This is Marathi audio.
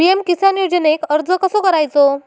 पी.एम किसान योजनेक अर्ज कसो करायचो?